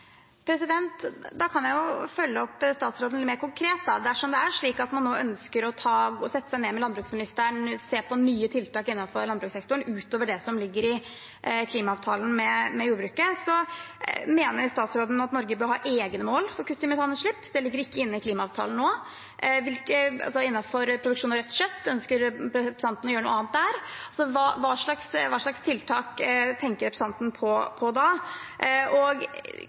Da kan jeg følge opp statsråden litt mer konkret: Dersom det er slik at man nå ønsker å sette seg ned med landbruksministeren og se på nye tiltak innenfor landbrukssektoren utover det som ligger i klimaavtalen med jordbruket, mener statsråden at Norge bør ha egne mål for kutt i metanutslipp? Det ligger ikke inne i klimaavtalen nå. Ønsker statsråden å gjøre noe annet innen rødt kjøtt? Hva slags tiltak tenker statsråden på da?